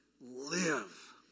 live